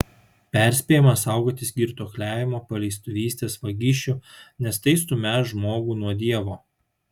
perspėjama saugotis girtuokliavimo paleistuvystės vagysčių nes tai stumią žmogų nuo dievo